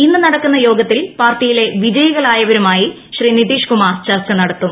ഇന്ന് നടക്കുന്ന യോഗത്തിൽ പാർട്ടിയിലെ വിജയികളായവരുമായി ശ്രീ നിതീഷ് കുമാർ ചർച്ച നടത്തും